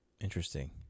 Interesting